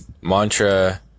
mantra